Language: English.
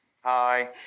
Hi